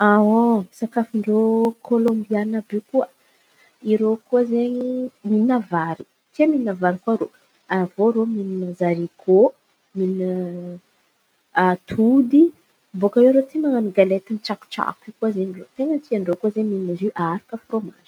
Sakafon-drô Kôlombiana àby iô koa. Irô koa izen̈y mihina vary. Tia mihina vary koa irô. Avô irô mihina zarikô, mihina a- atody. Baka iô irô aty man̈ano galety sy tsakotsako koa zeny irô. Tena tian-drô koa mihina izo aharaka frômazy.